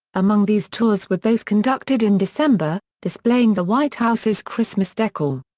among these tours were those conducted in december, displaying the white house's christmas decor.